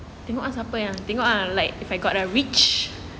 tengok ah siapa yang tengok ah like if I got a rich